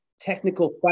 technical